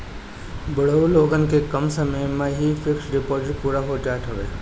बुढ़ऊ लोगन के कम समय में ही फिक्स डिपाजिट पूरा हो जात हवे